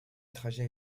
trajet